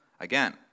Again